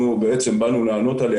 כמו שאנחנו יודעים,